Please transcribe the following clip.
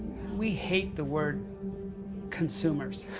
we hate the word consumers.